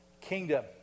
kingdom